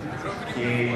לא בית-דין בפועל.